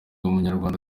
umunyarwanda